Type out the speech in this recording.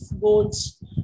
goals